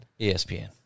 ESPN